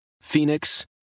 Phoenix